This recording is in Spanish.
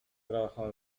trabajado